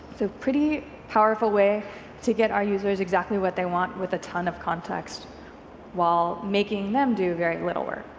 so pretty powerful way to get our users exactly what they want with a ton of context while making them do very little work.